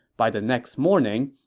by the next morning,